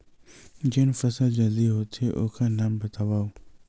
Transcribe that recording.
जेन फसल जल्दी होथे ओखर नाम बतावव?